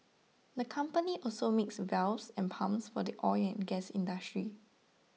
the company also makes valves and pumps for the oil and gas industry